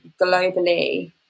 globally